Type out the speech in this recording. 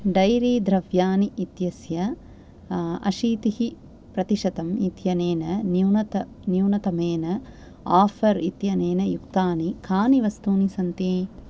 dairy द्रव्याणि इत्यस्य अशीतिः प्रतिशतं इत्यनेन न्यूनतमेन आफ़र् इत्यनेन युक्तानि कानि वस्तूनि सन्ति